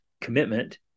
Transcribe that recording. commitment